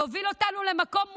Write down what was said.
להביא אותנו למקום מושחת,